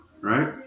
Right